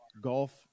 golf